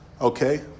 okay